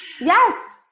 Yes